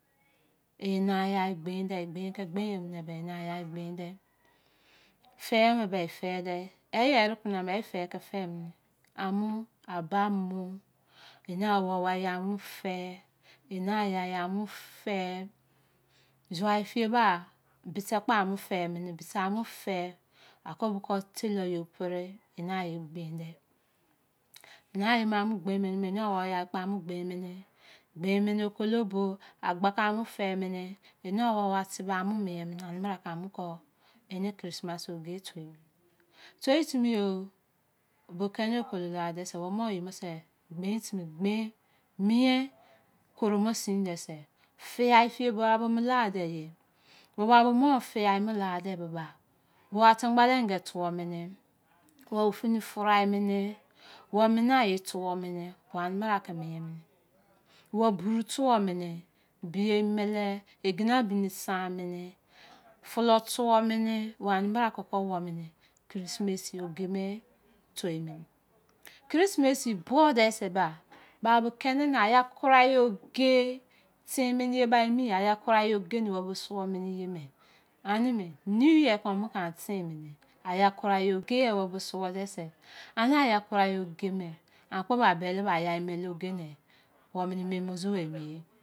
Ena yai bein de gbein ke gbein mu ba, ena yai bein de fe mu be e fe de. eye re kona me, e ge ke fe mé amu aba mu, ena won yai bo ye mo ge, ona yai ya mu fe. jou wa e fiye ba, bete kpo amu fe mene. base a mu ge. A mu kon tailor yo mu pere ko gbeine. mena ye bo amu gbeinmene, ena wor yai bo kpo amu gbein mena. gbein mene, ena wou wa tebe amu miea mene ani bra ko eni christmas. oge tei mene toi timi yoo bo kine okolo lade se boba, mo ye bo se gbein timi gbein sin mien timi mien sin koro mo sine be, fiya fe omu la deye! Owa bo mu fiya bo lade boba, wa atamgbala ange tuo mene. owo ofoni fry mene. owo mena ye two mene ane bra ke mien mene owo buru tuo mene. biye emele, egena bini sah mene. fulo tuo mene owa ome bra ke ko mien mene. Krismisi oge me toi mene krisimisi oge me nu de boba, na no kini ne aya kurai oge ten mene ye ba emi, anime new year ke ani ko ten mene. aya kurai oge oma bo sowor de ba, ana aya oge ne owo mene mun mene ozi emiye